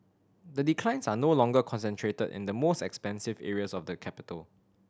the declines are no longer concentrated in the most expensive areas of the capital